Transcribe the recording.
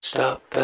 Stop